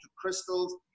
crystals